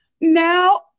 Now